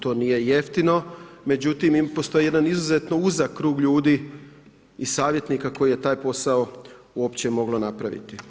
To nije jeftino, međutim, postoji jedan izuzetno uzak krug ljudi i savjetnika koji je taj posao uopće moglo napraviti.